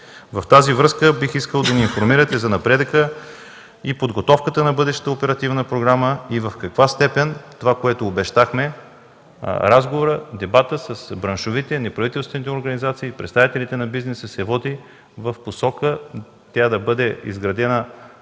В тази връзка бих искал да ни информирате за напредъка и подготовката на бъдещата оперативна програма и в каква степен това, което обещахме – разговора, дебата с браншовите, неправителствените организации и представителите на бизнеса, се води в посока тя да бъде изградена